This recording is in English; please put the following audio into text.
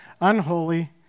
unholy